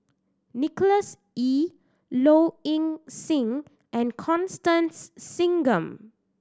Nicholas Ee Low Ing Sing and Constance Singam